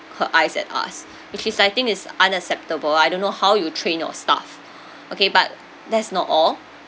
her eyes at us which is I think it's unacceptable I don't know how you train your staff okay but that's not all